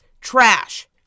trash